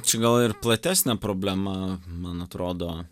čia gal ir platesnė problema man atrodo